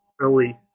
early